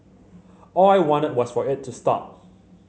all I wanted was for it to stop